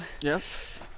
Yes